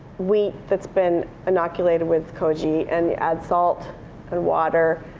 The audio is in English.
wheat that's been inoculated with koji, and you add salt and water.